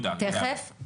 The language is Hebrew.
תיכף,